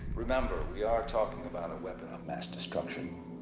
remember we are talking about a weapon of mass destruction.